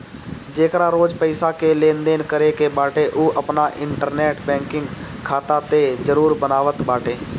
जेकरा रोज पईसा कअ लेनदेन करे के बाटे उ आपन इंटरनेट बैंकिंग खाता तअ जरुर बनावत बाटे